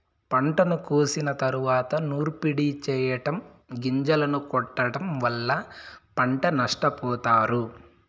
పంటను కోసిన తరువాత నూర్పిడి చెయ్యటం, గొంజలను కొట్టడం వల్ల పంట నష్టపోతారు